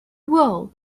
world